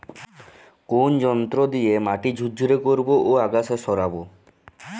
কোন যন্ত্র দিয়ে মাটি ঝুরঝুরে করব ও আগাছা সরাবো?